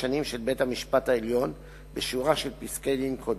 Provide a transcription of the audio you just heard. השנים של בית-המשפט העליון בשורה של פסקי-דין קודמים,